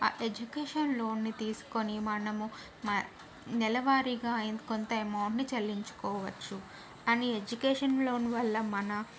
education లోన్ని తీసుకొని మనము మ నెలవారీగా కొంత అమౌంట్ని చెల్లించుకోవచ్చు అని ఎడ్యుకేషన్ లోను వల్ల మన